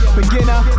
Beginner